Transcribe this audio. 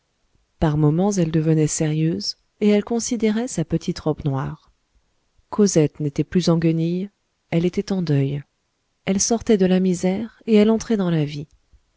par moments elle devenait sérieuse et elle considérait sa petite robe noire cosette n'était plus en guenilles elle était en deuil elle sortait de la misère et elle entrait dans la vie